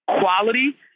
quality